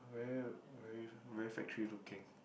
very very very factory looking